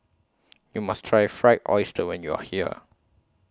YOU must Try Fried Oyster when YOU Are here